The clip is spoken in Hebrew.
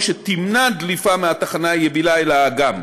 שתמנע דליפה מהתחנה היבילה אל האגם.